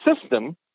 system